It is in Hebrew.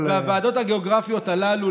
והוועדות הגיאוגרפיות הללו,